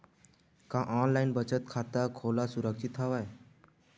का ऑनलाइन बचत खाता खोला सुरक्षित हवय?